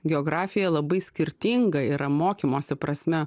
geografija labai skirtinga yra mokymosi prasme